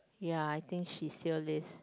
ya I think she sell this